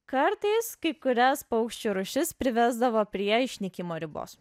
kartais kai kurias paukščių rūšis privesdavo prie išnykimo ribos